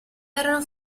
erano